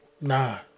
Nah